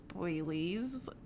Spoilies